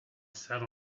sat